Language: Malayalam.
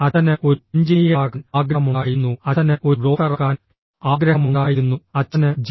അച്ഛന് ഒരു എഞ്ചിനീയറാകാൻ ആഗ്രഹമുണ്ടായിരുന്നു അച്ഛന് ഒരു ഡോക്ടറാകാൻ ആഗ്രഹമുണ്ടായിരുന്നു അച്ഛന് ജെ